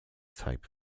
type